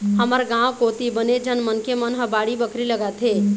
हमर गाँव कोती बनेच झन मनखे मन ह बाड़ी बखरी लगाथे